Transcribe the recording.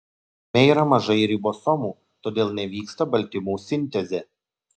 jame yra mažai ribosomų todėl nevyksta baltymų sintezė